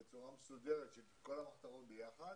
בצורה מסודרת של כל המחתרות ביחד,